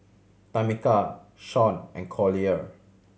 Tamica Shaun and Collier